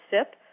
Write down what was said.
SIP